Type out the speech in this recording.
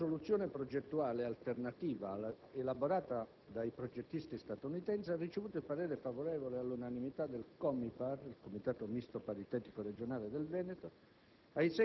Tale soluzione progettuale alternativa, elaborata dai progettisti statunitensi, ha ricevuto il parere favorevole, all'unanimità, del COMIPAR (Comitato misto paritetico regionale) del Veneto,